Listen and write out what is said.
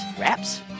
wraps